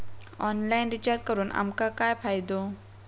Online recharge करून आमका काय फायदो?